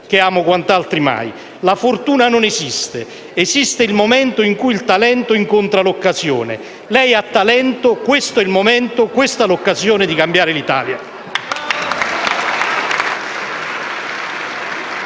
che amo quant'altri mai. «La fortuna non esiste: esiste il momento in cui il talento incontra l'occasione». Lei ha talento. Questo è il momento e questa è l'occasione di cambiare l'Italia.